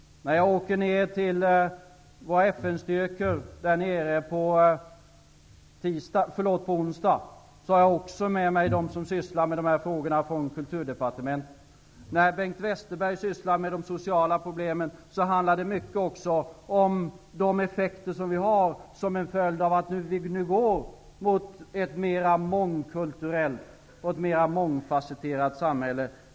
När jag åker ner till våra FN-styrkor nu på onsdag har jag också med mig dem som arbetar med dessa frågor på Kulturdepartementet. När Bengt Westerberg ägnar sig åt de sociala problemen handlar det också mycket om de effekter vi får av att vi nu går mot ett mer mångkulturellt och mångfasetterat samhälle.